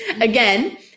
Again